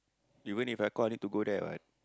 even If I call you to go there what